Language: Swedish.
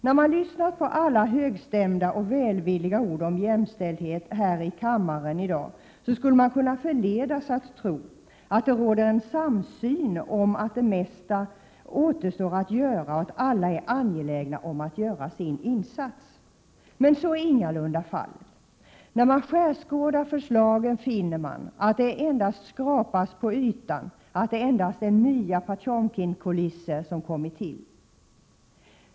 När man lyssnar på alla högstämda och välvilliga ord om jämställdhet här i kammaren i dag skulle man kunna förledas att tro att det råder en samsyn om att det mesta återstår att göra och att alla är angelägna att göra sin insats. Men så är ingalunda fallet. När man skärskådar förslagen finner man att det endast skrapas på ytan, att det endast är nya Potemkinkulisser som kommit till.